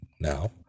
now